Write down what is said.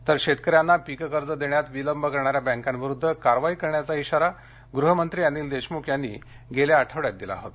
तर शेतकऱ्यांना पीक कर्ज देण्यात विलंब करणाऱ्या बँकांविरुद्ध कारवाई करण्याचा इशारा गृह मंत्री अनिल देशमुख यांनी गेल्या आठवड्यात दिला होता